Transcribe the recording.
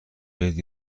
بهت